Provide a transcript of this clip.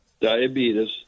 diabetes